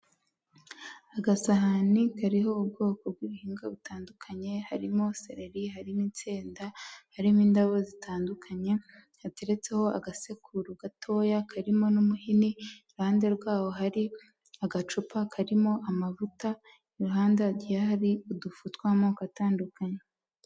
Agasahani kariho ubwoko bw'ibihinga butandukanye, harimo sereri, harimo insenda, harimo indabo zitandukanye, hateretseho agasekuru gatoya karimo n'umuhini, iruhande rwaho hari agacupa karimo amavuta, ku ruhande hagiye hari udufu tw'amoko atandukanye.